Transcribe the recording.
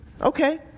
Okay